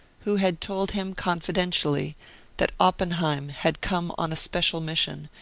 who had told him confidentially that oppenheim had come on a special mission,